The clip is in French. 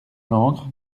langres